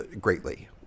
greatly